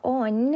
on